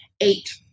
eight